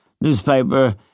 newspaper